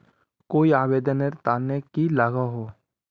कोई आवेदन नेर तने की लागोहो?